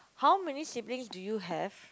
how many siblings do you have